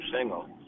single